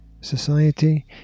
Society